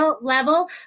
level